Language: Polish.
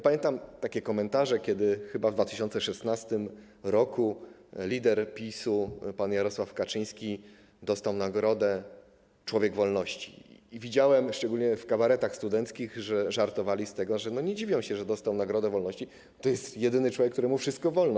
Pamiętam takie komentarze, kiedy chyba w 2016 r. lider PiS-u pan Jarosław Kaczyński dostał nagrodę Człowieka Wolności i widziałem szczególnie w kabaretach studenckich, że żartowali z tego, że nie dziwią się, iż dostał nagrodę wolności, ponieważ to jedyny człowiek, któremu w Polsce wszystko wolno.